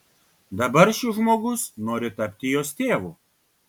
dabar šis žmogus nori tapti jos tėvu